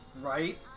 Right